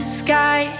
sky